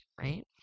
right